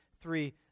three